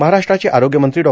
महाराष्ट्राचे आरोग्यमंत्री डॉ